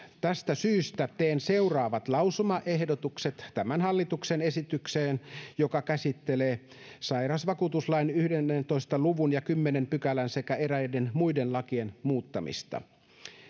tästä syystä teen seuraavat lausumaehdotukset tähän hallituksen esitykseen joka käsittelee sairausvakuutuslain yhdentoista luvun ja kymmenennen pykälän sekä eräiden muiden lakien muuttamista